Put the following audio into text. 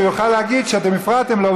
הוא יוכל להגיד שאתם הפרעתם לו,